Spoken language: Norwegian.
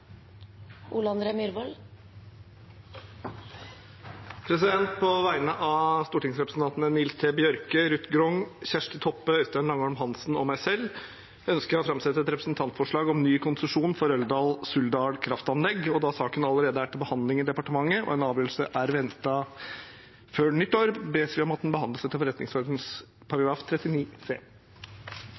På vegne av stortingsrepresentantene Nils T. Bjørke, Ruth Grung, Kjersti Toppe, Øystein Langholm Hansen, Ingrid Heggø og meg selv ønsker jeg å framsette et representantforslag om ny konsesjon for Røldal-Suldal kraftanlegg. Siden saken allerede er til behandling i departementet, og en avgjørelse er ventet før nyttår, ber vi om at forslaget behandles etter forretningsordenens § 39 c.